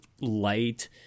light